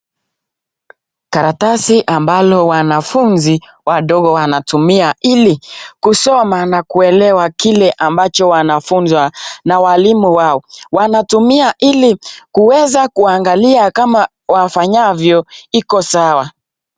Karatasi ambalo wanafunzi wadogo wanatumia ili kusoma na kuelewa kile ambacho wanafunzi na walimu wao. Wanatumia ili kuweza kuangalia kama wafanyavyo iko sawa.